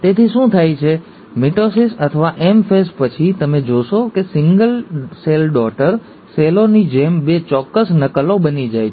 તેથી શું થાય છે મિટોસિસ અથવા M ફેઝ પછી તમે જોશો કે સિંગલ સેલ ડૉટર સેલોની જેમ બે ચોક્કસ નકલો બની જાય છે